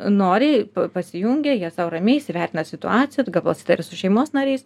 noriai pasijungia jie sau ramiai įsivertina situaciją gal pasitaria ir su šeimos nariais